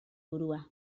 burua